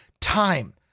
time